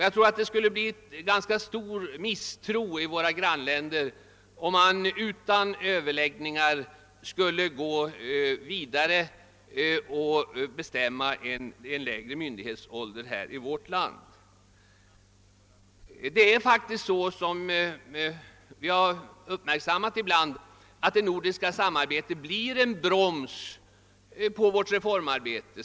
Jag tror att det skulle skapa ganska stor misstro i våra grannländer, om vi utan överläggningar skulle gå vidare och fastställa en lägre myndighetsålder i vårt land. Det är faktiskt så att det nordiska samarbetet ibland blir en broms på reformarbetet.